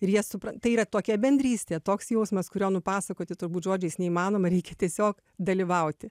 ir jie supra tai yra tokia bendrystė toks jausmas kurio nupasakoti turbūt žodžiais neįmanoma reikia tiesiog dalyvauti